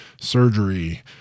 surgery